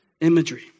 imagery